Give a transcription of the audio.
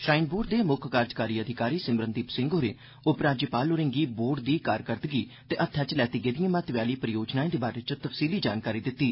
shrine board दे मुक्ख कार्जकारी अफसर सिमरन दीप सिंह होरें उपराज्यपाल होरें गी बोर्ड दी कारकरदगी ते हत्थै च लैती गेदियें महत्वै आलियें परियोजनाएं दे बारै च तफसीली जानकारी दिती